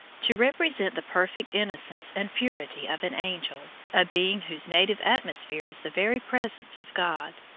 to represent the perfect innocence and purity of an angel, a being whose native atmosphere is the very presence of god,